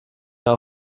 mehr